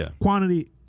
quantity